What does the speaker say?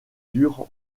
dur